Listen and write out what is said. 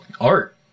art